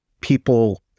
People